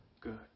good